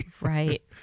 right